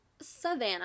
Savannah